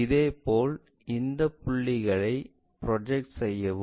இதேபோல் இந்த புள்ளிகளை ப்ரொஜெக்ட் செய்யவும்